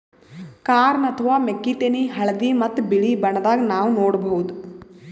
corn ಅಥವಾ ಮೆಕ್ಕಿತೆನಿ ಹಳ್ದಿ ಮತ್ತ್ ಬಿಳಿ ಬಣ್ಣದಾಗ್ ನಾವ್ ನೋಡಬಹುದ್